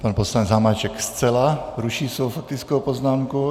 Pan poslanec Hamáček zcela ruší svou faktickou poznámku.